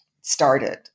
started